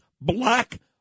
Black